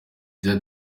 yagize